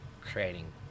creating